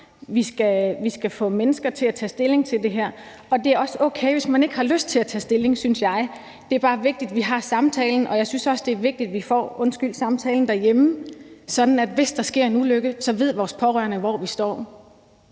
Vi skal få mennesker til at tage stilling til det her. Det er også okay, hvis man ikke har lyst til at tage stilling, synes jeg; det er bare vigtigt, at vi har samtalen. Og jeg synes også, det er vigtigt, at vi får samtalen derhjemme, sådan at hvis der sker en ulykke, så ved vores pårørende, hvor vi står.